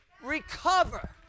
Recover